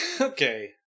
Okay